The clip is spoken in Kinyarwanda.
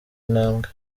intambwe